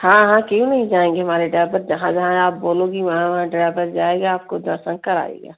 हाँ हाँ क्यों नहीं जाएँगे हमारे ड्राइबर जहाँ जहाँ आप बोलोगी वहाँ वहाँ ड्राइबर जाएगा आपको दर्शन कराएगा